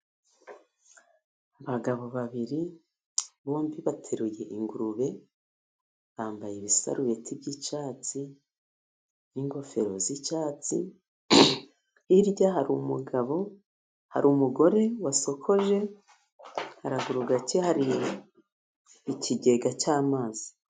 Abagabo babiri bombi bateruye ingurube. Bambaye ibisarubeti by'icyatsi n'ingofero z'icyatsi. Hirya hari umugabo, hari umugore wasokoje, haruguru gake hari ikigega cy'amazi.